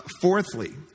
Fourthly